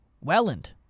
Welland